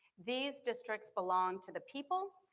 these districts belong to the people,